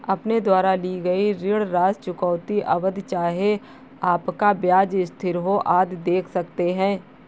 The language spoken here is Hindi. अपने द्वारा ली गई ऋण राशि, चुकौती अवधि, चाहे आपका ब्याज स्थिर हो, आदि देख सकते हैं